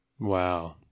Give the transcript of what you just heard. Wow